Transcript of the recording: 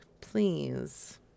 Please